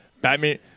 Batman